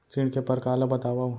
ऋण के परकार ल बतावव?